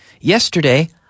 Yesterday